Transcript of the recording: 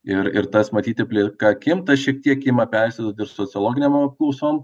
ir ir tas matyti plika akim tas šiek tiek ima persiduot ir sociologinėm apklausom